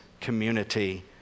community